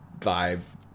five